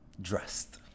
Dressed